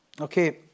Okay